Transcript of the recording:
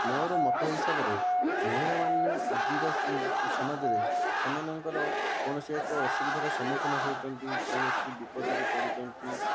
ମୋର ମତ ହିସାବରେ ମହିଳାମାନେ ଆଜିର ସମାଜରେ ସେମାନଙ୍କର କୌଣସି ଏକ ଅସୁବିଧାରେ ସମ୍ମୁଖୀନ ହେଉଛନ୍ତି କୌଣସି ବିପଦରେ ପଡ଼ୁଛନ୍ତି